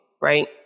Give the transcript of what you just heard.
right